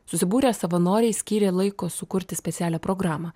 susibūrę savanoriai skyrė laiko sukurti specialią programą